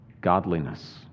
godliness